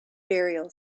burial